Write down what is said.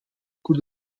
could